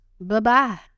Bye-bye